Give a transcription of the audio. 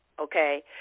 Okay